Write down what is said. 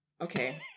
okay